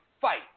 fight